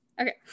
okay